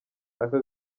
aka